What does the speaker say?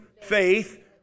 faith